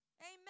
Amen